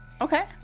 Okay